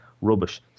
rubbish